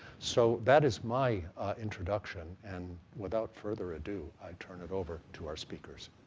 so that is my introduction, and without further ado, i turn it over to our speakers.